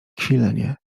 kwilenie